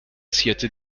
zierte